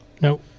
No